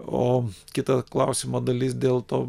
o kita klausimo dalis dėl to